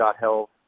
health